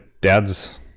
dad's